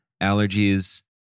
allergies